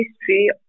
history